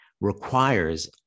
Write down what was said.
requires